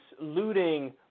looting